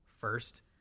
first